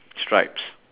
stripes